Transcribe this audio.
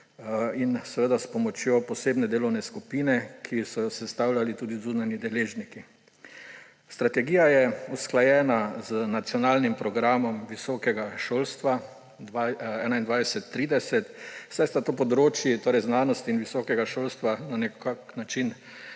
seveda s pomočjo posebne delovne skupine, ki so jo sestavljali tudi zunanji deležniki. Strategija je usklajena z Nacionalnim programom visokega šolstva 2021–2030, saj sta ti področji, torej znanost in visoko šolstvo, na nek način